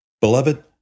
Beloved